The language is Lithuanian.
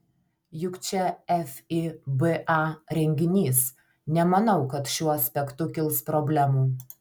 juk čia fiba renginys nemanau kad šiuo aspektu kils problemų